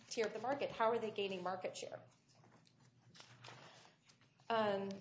tier of the market how are they gaining market share